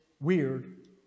weird